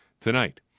tonight